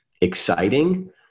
exciting